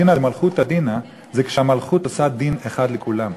דינא דמלכותא דינא זה כשהמלכות עושה דין אחד לכולם.